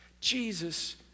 Jesus